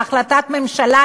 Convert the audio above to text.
בהחלטת ממשלה,